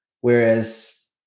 Whereas